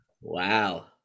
Wow